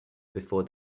before